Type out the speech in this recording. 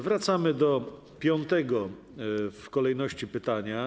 Wracamy do piątego w kolejności pytania.